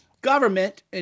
government